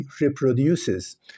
reproduces